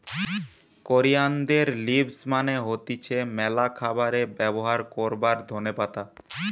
কোরিয়ানদের লিভস মানে হতিছে ম্যালা খাবারে ব্যবহার করবার ধোনে পাতা